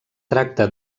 tracta